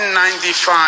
N95